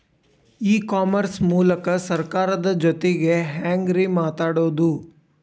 E commerce ಮೂಲಕ ಸರ್ಕಾರದ ಜೊತಿಗೆ ಹ್ಯಾಂಗ್ ರೇ ಮಾತಾಡೋದು?